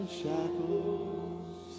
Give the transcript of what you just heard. shackles